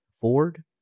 Ford